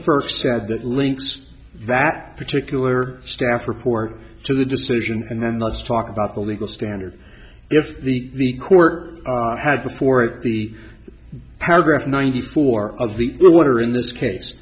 first said that links that particular staff report to the decision and then let's talk about the legal standard if the the court had before it the paragraph ninety four of the water in this case